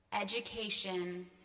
education